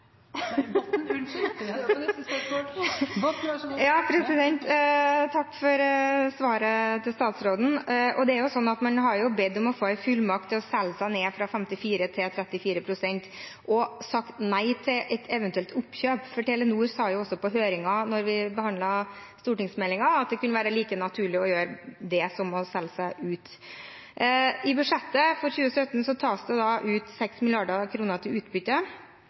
Takk for svaret fra statsråden. Man har altså bedt om å få en fullmakt til å selge seg ned fra 54 pst. til 34 pst. og sagt nei til et eventuelt oppkjøp. Telenor sa også i høringen da vi behandlet stortingsmeldingen, at det kunne være like naturlig å gjøre det som å selge seg ut. I budsjettet for 2017 tas det ut 6 mrd. kr til utbytte.